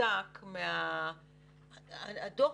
הדוח